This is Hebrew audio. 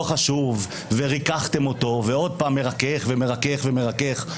חשוב וריככתם אותו ועוד פעם מרכך ומרכך ומרכך,